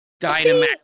Dynamax